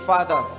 Father